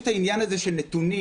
יש את העניין הזה של נתונים,